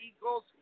Eagles